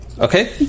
Okay